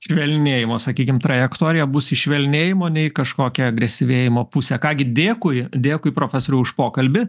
švelnėjimo sakykim trajektorija bus į švelnėjimo nei kažkokią agresyvėjimo pusę ką gi dėkui dėkui profesoriau už pokalbį